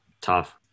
Tough